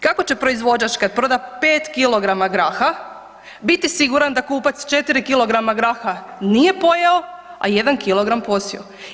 Kako će proizvođač kad proda 5 kg graha biti siguran da kupac 4 kg graha nije pojeo, a jedan kg posijao.